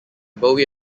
bowie